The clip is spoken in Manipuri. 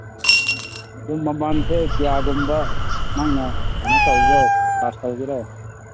ꯑꯗꯨ ꯃꯃꯟꯁꯦ ꯀꯌꯥꯒꯨꯝꯕ ꯅꯪꯅ ꯀꯩꯅꯣ ꯇꯧꯕ꯭ꯔꯣ ꯆꯥꯔꯖ ꯇꯧꯒꯦꯔꯣ